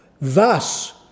Thus